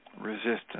resistance